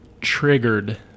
triggered